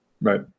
Right